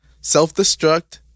self-destruct